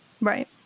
Right